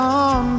on